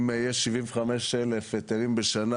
אם יש 75 אלף היתרים בשנה,